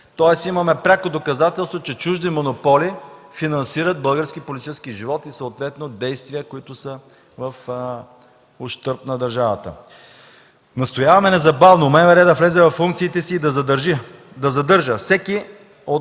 Тоест имаме пряко доказателство, че чужди монополи финансират българския политически живот и съответно действия, които са в ущърб на държавата. Настояваме незабавно МВР да влезе във функциите си, да задържа